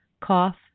cough